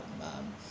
um